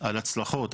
על הצלחות,